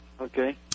Okay